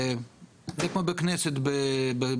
זה כמו בית כנסת באוגוסט.